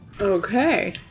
Okay